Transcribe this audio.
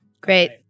Great